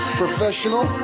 professional